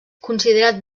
considerat